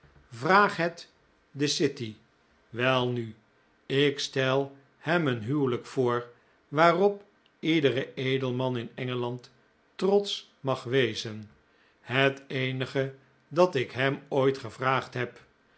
het de city welnu ik stel hem een huwelijk voor waarop iedere edelman in engeland trotsch mag wezen het eenige dat ik hem ooit gevraagd heb